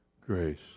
Grace